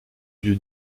dieu